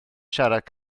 siarad